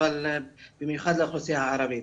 במיוחד באוכלוסייה הערבית.